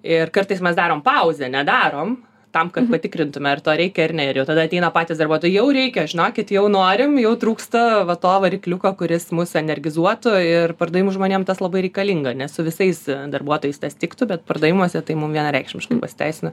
ir kartais mes darom pauzę nedarom tam kad patikrintume ar to reikia ar ne ir jau tada ateina patys darbuotojai jau reikia žinokit jau norim jau trūksta va to varikliuko kuris mus energizuotų ir pardavimų žmonėm tas labai reikalinga ne su visais darbuotojais tas tiktų bet pardavimuose tai mum vienareikšmiškai pasiteisino